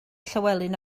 llywelyn